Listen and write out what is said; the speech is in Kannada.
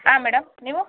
ಹಾಂ ಮೇಡಮ್ ನೀವು